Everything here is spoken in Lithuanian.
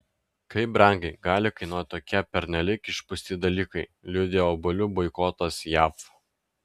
kaip brangiai gali kainuoti tokie pernelyg išpūsti dalykai liudija obuolių boikotas jav